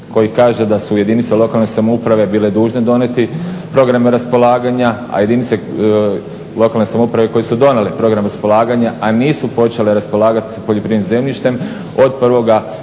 koji kaže da su jedinice lokalne samouprave bile dužne donijeti programe raspolaganja, a jedinice lokalne samouprave koje su donijele program raspolaganja, a nisu počele raspolagati s poljoprivrednim zemljištem od